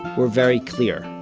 were very clear